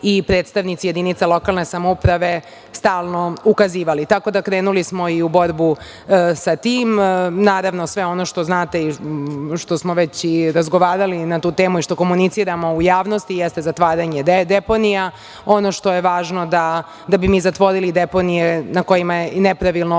i predstavnici jedinica lokalne samouprave stalno ukazivali. Tako da smo krenuli i u borbu sa tim. Naravno sve ono što znate i što smo već razgovarali na tu temu i što komuniciramo u javnosti, jeste zatvaranje deponija. Ono što je važno da bi mi zatvorili deponije na kojima je nepravilno